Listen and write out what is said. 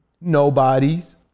Nobody's